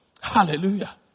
Hallelujah